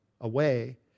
away